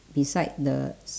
beside the s~